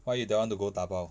why you don't want to go dabao